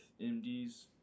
MDs